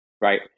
Right